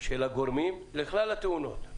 הגורמים לכלל התאונות.